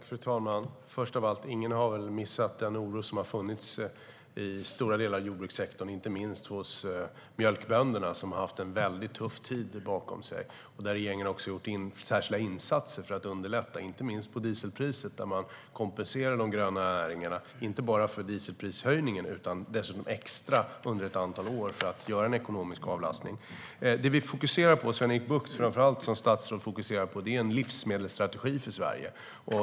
Fru talman! Först av allt: Ingen har väl missat den oro som har funnits i stora delar av jordbrukssektorn, inte minst hos mjölkbönderna, som har en väldigt tuff tid bakom sig. Regeringen har gjort särskilda insatser för att underlätta, inte minst när det gäller dieselpriset. De gröna näringarna kompenseras inte bara för dieselprishöjningen utan får dessutom extra kompensation under ett antal år för att ge ekonomisk avlastning. Det som vi, framför allt Sven-Erik Bucht som statsråd, fokuserar på är en livsmedelsstrategi för Sverige.